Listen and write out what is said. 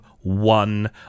one